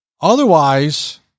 otherwise